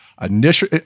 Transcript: initial